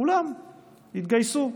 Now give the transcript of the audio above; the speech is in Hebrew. כולם התגייסו.